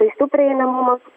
vaistų prieinamumas